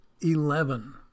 eleven